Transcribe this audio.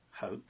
hope